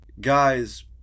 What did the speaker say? guys